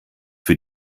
für